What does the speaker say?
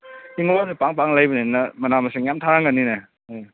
ꯍꯤꯡꯒꯣꯜꯁꯦ ꯄꯥꯛꯅ ꯄꯥꯛꯅ ꯂꯩꯕꯅꯤꯅ ꯃꯅꯥ ꯃꯁꯤꯡ ꯌꯥꯝ ꯊꯥꯔꯝꯒꯅꯤꯅꯦ ꯎꯝ